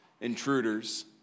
intruders